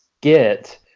get